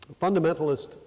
fundamentalist